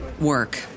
work